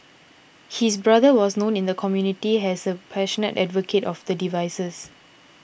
his brother was known in the community as a passionate advocate of the devices